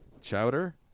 Chowder